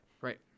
Right